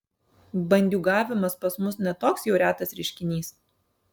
bandiūgavimas pas mus ne toks jau retas reiškinys